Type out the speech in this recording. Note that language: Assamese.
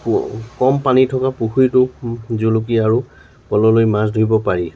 পু কম পানী থকা পুখুৰীটো জুলুকি আৰু পল'লৈ মাছ ধৰিব পাৰি